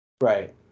Right